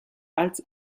als